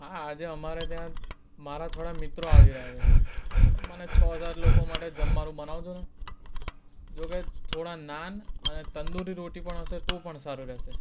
હા આજે અમારે ત્યાં મારા થોડા મિત્રો આવી રહ્યા છે તો મને છ સાત લોકો માટે જમવાનું બનાવજોને જોકે થોડા નાન અને તંદૂરી રોટી પણ હશે તો પણ સારું રહેશે